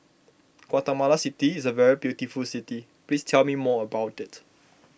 Guatemala City is a very beautiful city please tell me more about it